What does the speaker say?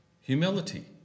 humility